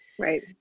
Right